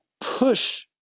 push